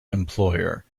employer